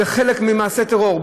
זה חלק ממעשה טרור.